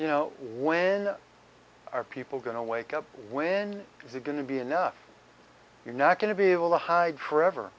you know when are people going to wake up when is it going to be enough you're not going to be able to hide forever